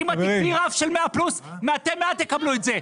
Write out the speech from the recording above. אם את תיתני רף של 100 פלוס מתי מעט יקבלו את זה.